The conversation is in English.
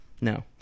No